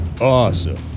awesome